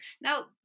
Now